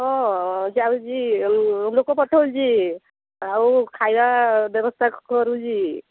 ହଁ ଯାଉଛି ଲୋକ ପଠଉଛି ଆଉ ଖାଇବା ବ୍ୟବସ୍ଥା କରୁଛି